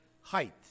height